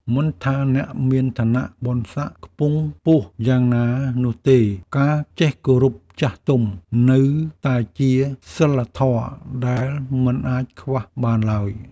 មិនថាអ្នកមានឋានៈបុណ្យសក្តិខ្ពង់ខ្ពស់យ៉ាងណានោះទេ ការចេះគោរពចាស់ទុំនៅតែជាសីលធម៌ដែលមិនអាចខ្វះបានឡើយ។